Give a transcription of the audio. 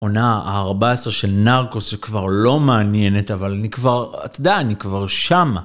עונה ה-14 של נרקוס, שכבר לא מעניינת, אבל אני כבר, אתה יודע, אני כבר שם.